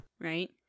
Right